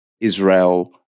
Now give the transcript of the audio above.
Israel